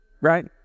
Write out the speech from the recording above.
right